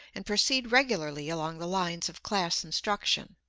and proceed regularly along the lines of class instruction.